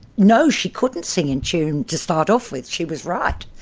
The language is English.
no, she couldn't sing in tune to start off with, she was right.